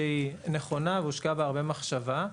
שהיא נכונה והושקעה בה הרבה מחשבה,